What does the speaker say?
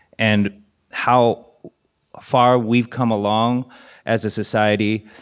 and how far we've come along as a society,